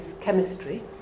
chemistry